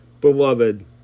beloved